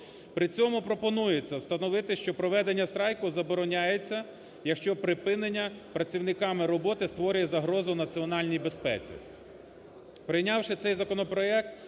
При цьому пропонується встановити, що проведення страйку забороняється, якщо припинення працівниками роботи створює загрозу національній безпеці.